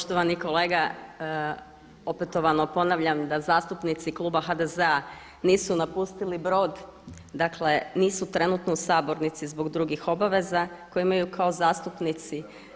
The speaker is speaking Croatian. Poštovani kolega, opetovano ponavljam da zastupnici kluba HDZ-a nisu napustili brod, dakle nisu trenutno u sabornici zbog drugih obaveza koje imaju kao zastupnici.